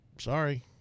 Sorry